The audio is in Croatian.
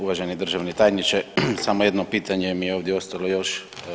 Uvaženi državni tajniče, samo jedno pitanje mi je ovdje ostalo još.